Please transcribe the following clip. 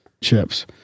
chips